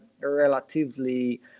relatively